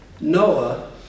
Noah